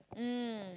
mm